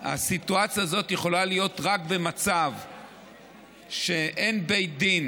הסיטואציה הזאת יכולה להיות רק במצב שאין בית דין